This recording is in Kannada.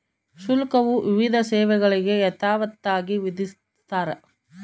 ಶುಲ್ಕವು ವಿವಿಧ ಸೇವೆಗಳಿಗೆ ಯಥಾವತ್ತಾಗಿ ವಿಧಿಸ್ತಾರ